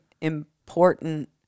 important